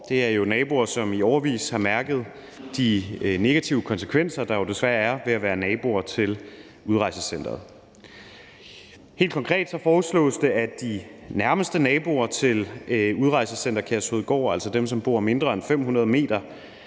Det er jo naboer, som i årevis har mærket de negative konsekvenser, der jo desværre er ved at være naboer til udrejsecenteret. Helt konkret foreslås det, at de nærmeste naboer til Udrejsecenter Kærshovedgård, altså dem, som bor mindre end 500 m fra